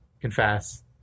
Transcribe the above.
confess